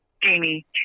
Jamie